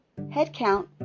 Headcount